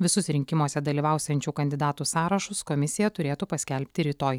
visus rinkimuose dalyvausiančių kandidatų sąrašus komisija turėtų paskelbti rytoj